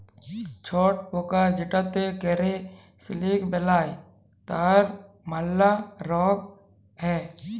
ছট পকা যেটতে ক্যরে সিলিক বালাই তার ম্যালা রগ হ্যয়